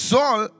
Saul